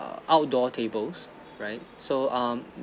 outdoor tables right so um